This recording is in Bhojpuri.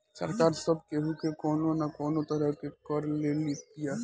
सरकार सब केहू के कवनो ना कवनो तरह से कर ले लेत बिया